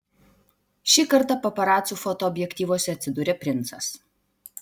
šį kartą paparacų fotoobjektyvuose atsidūrė princas